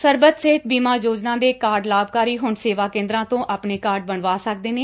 ਸਰਬੱਤ ਸਿਹਤ ਬੀਮਾ ਯੋਜਨਾ ਦੇ ਕਾਰਡ ਲਾਭਕਾਰੀ ਹੁਣ ਸੇਵਾ ਕੇਂਦਰਾਂ ਤੋਂ ਆਪਣੇ ਕਾਰਡ ਬਣਵਾ ਸਕਦੇ ਨੇ